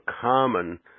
common